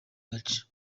gace